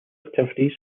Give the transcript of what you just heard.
activities